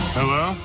Hello